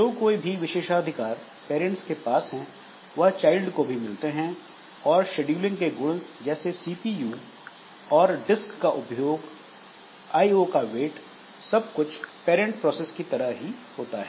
जो कोई भी विशेषाधिकार पेरेंट्स के पास हैं वह चाइल्ड को भी मिलते हैं और शेड्यूलिंग के गुण जैसे सीपीयू और डिस्क का उपभोग आईओ का वेट सब कुछ पैरेंट प्रोसेस की तरह ही होता है